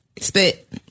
Spit